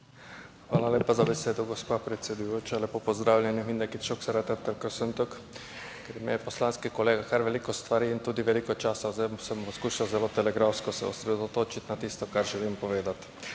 Hvala lepa za besedo, gospa predsedujoča. Lepo pozdravljeni. / Pozdrav v madžarskem jeziku/ Ker me je poslanski kolega kar veliko stvari in tudi veliko časa zdaj, se bom skušal zelo telegrafsko se osredotočiti na tisto kar želim povedati.